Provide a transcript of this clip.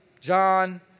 John